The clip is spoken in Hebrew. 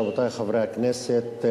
רבותי חברי הכנסת,